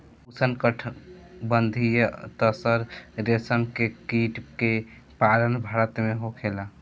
उष्णकटिबंधीय तसर रेशम के कीट के पालन भारत में होखेला